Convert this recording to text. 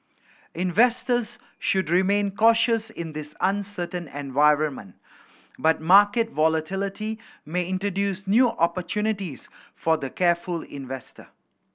investors should remain cautious in this uncertain environment but market volatility may introduce new opportunities for the careful investor